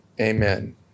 Amen